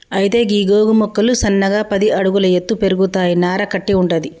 అయితే గీ గోగు మొక్కలు సన్నగా పది అడుగుల ఎత్తు పెరుగుతాయి నార కట్టి వుంటది